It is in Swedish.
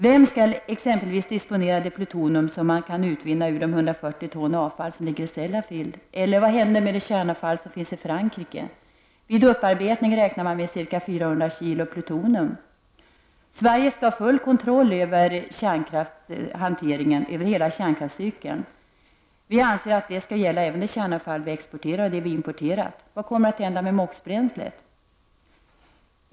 Vem skall exempelvis disponera det plutonium som man kan utvinna ur de 140 ton avfall som ligger i Sellafield? Vad händer med det kärnavfall som finns i Frankrike? Vid upparbetning räknar man med att det skapas ca 400 kg plutonium. Sverige skall ha full kontroll över hanteringen — över hela kärnkraftscykeln. Vi i miljöpartiet anser att det skall gälla även det kärnavfall Sverige exporterar och importerar. Vad kommer att hända med MOX-bränslet?